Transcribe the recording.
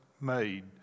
made